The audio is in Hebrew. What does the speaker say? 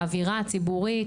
האווירה הציבורית